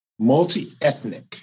multi-ethnic